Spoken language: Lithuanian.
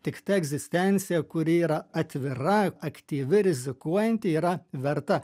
tik ta egzistencija kuri yra atvira aktyvi rizikuojanti yra verta